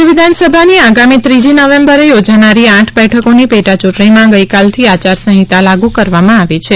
રાજ્ય વિધાનસભાની આગામી ત્રીજી નવેમ્બરે યોજાનારી આઠ બેઠકોની પેટાચૂંટણીમાં ગઇકાલથી આયારસંહિતા લાગુ કરવામાં આવી છે